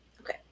Okay